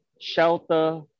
shelter